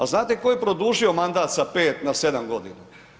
A znate tko je produžio mandat sa 5 na 7 godina?